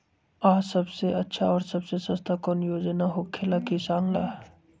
आ सबसे अच्छा और सबसे सस्ता कौन योजना होखेला किसान ला?